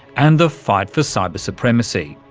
and the fight for cyber supremacy.